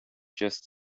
just